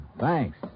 Thanks